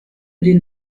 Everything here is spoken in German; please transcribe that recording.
den